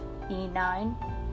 E9